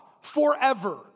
forever